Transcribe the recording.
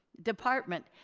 department.